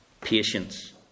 patience